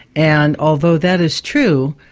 and although that is true,